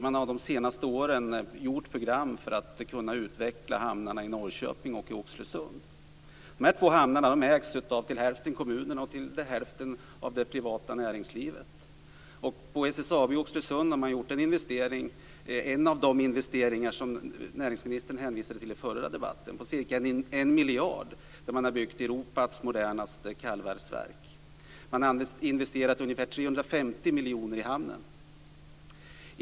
Man har de senaste åren haft program för att utveckla hamnarna i Norrköping och i Oxelösund. De två hamnarna ägs till hälften av kommunerna och till hälften av det privata näringslivet. På SSAB i Oxelösund har man gjort en av de investeringar som näringsministern hänvisade till i den förra debatten på ca 1 miljard. Man har byggt Europas modernaste kallvalsverk. Man har investerat ungefär 350 miljoner i hamnen.